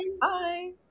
Bye